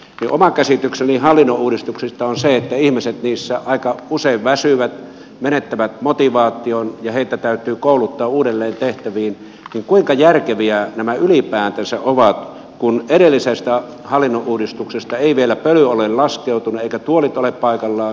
oma käsitykseni hallinnonuudistuksesta on se että ihmiset niissä aika usein väsyvät menettävät motivaation ja heitä täytyy kouluttaa uudelleen tehtäviin kuinka järkeviä nämä ylipäätänsä ovat kun edellisestä hallinnonuudistuksesta ei vielä pellolle laskeutuneita tuolit ole paikallaan